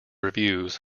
reviews